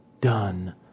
done